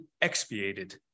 expiated